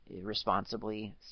responsibly